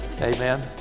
Amen